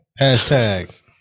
Hashtag